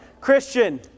Christian